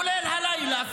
כולל הלילה,